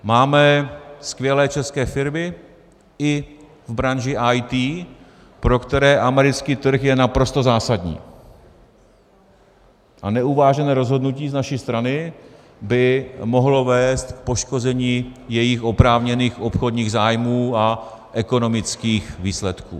Máme skvělé české firmy i v branži IT, pro které americký trh je naprosto zásadní, a neuvážené rozhodnutí z naší strany by mohlo vést k poškození jejich oprávněných obchodních zájmů a ekonomických výsledků.